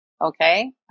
okay